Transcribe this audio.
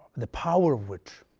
the power of which